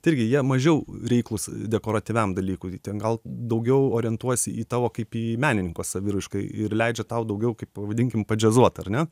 tai irgi jie mažiau reiklūs dekoratyviam dalykui tai ten gal daugiau orientuojasi į tavo kaip į menininko saviraišką ir leidžia tau daugiau kaip vadinkim padžiazuot ar ne